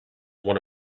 one